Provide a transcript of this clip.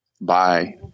Bye